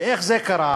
ואיך זה קרה,